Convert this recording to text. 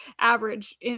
average